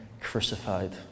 crucified